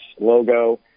logo